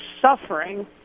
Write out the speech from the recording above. suffering